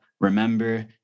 Remember